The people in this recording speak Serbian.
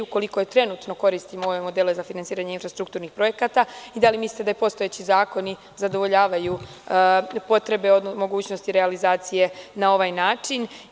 Koliko trenutno koristimo ove modele za finansiranje infrastrukturnih projekata i da li mislite da postojeći zakoni zadovoljavaju potrebe mogućnosti realizacije na ovaj način?